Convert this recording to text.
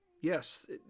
yes